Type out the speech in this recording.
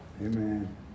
Amen